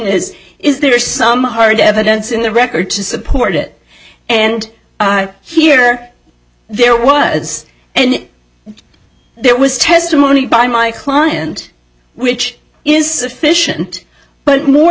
is is there some hard evidence in the record to support it and here there was and there was testimony by my client which is a fish and but more